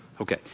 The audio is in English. Okay